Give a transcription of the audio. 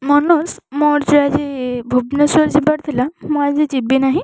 ମନୋଜ ମୋର ଯେଉଁ ଆଜି ଭୁବନେଶ୍ୱର ଯିବାର ଥିଲା ମୁଁ ଆଜି ଯିବି ନାହିଁ